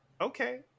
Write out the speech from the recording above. okay